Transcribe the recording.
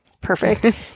Perfect